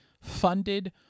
funded